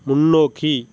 முன்னோக்கி